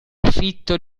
fitto